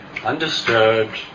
undisturbed